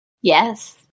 Yes